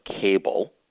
cable